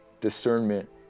discernment